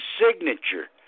signature